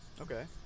Okay